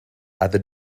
other